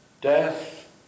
death